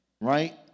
right